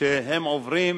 שהם עוברים